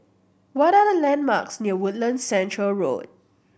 what are the landmarks near Woodlands Centre Road